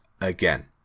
again